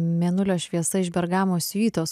mėnulio šviesa iš bergamo siuitos